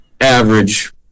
average